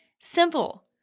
simple